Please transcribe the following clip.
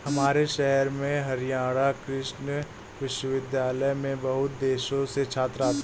हमारे शहर में हरियाणा कृषि विश्वविद्यालय में बहुत देशों से छात्र आते हैं